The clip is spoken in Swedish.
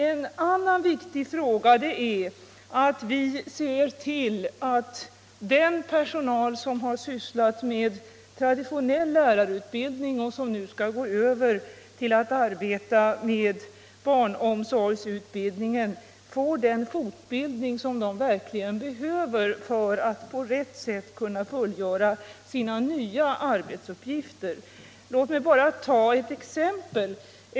En annan viktig fråga är att vi ser till att den personal som har sysslat med traditionell lärarutbildning och som nu skall gå över till att arbeta med barnomsorgsutbildningen får den fortbildning som den verkligen behöver för att på rätt sätt kunna fullgöra sina nya arbetsuppgifter. Låt mig bara ta ett exempel.